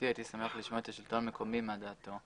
הייתי שמח לשמוע את השלטון המקומי מה דעתו.